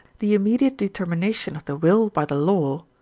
the immediate determination of the will by the law,